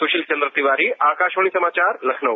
सुशील चंद्र तिवारी आकाशवाणी समाचार लखनऊ